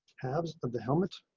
halves of the helmet.